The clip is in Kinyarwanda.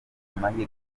amahirwe